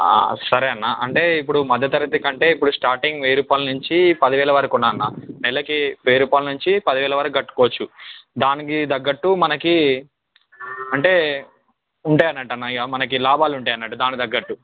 సరే అన్న అంటే ఇప్పుడు మధ్య తరగతి కంటే ఇప్పుడు స్టార్టింగ్ వెయ్య రూపాయలు నుంచి పదివేలు వరకు కూన అన్న నెలకి వెయ్య రూపాయాల నుంచి పదివేలు వరకు కట్టుకోవచ్చు దానికి తగ్గట్టు మనకి అంటే ఉంటాయి అన్నట్టు అన్న ఇక మనకి లాభాలు ఉంటాయి అన్నట్టు దానికి తగ్గట్టు